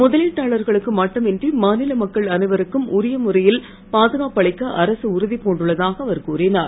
முதலீட்டாளர்களுக்கு மட்டுமின்றி மாநில மக்கள் அனைவருக்கும் உரிய முறையில் பாதுகாப்பு அளிக்க அரசு உறுதி புண்டுள்ளதாக அவர் கூறினார்